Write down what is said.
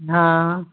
हा